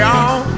on